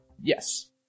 yes